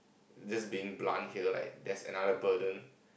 just being blunt here like there's another burden